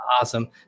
Awesome